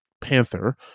panther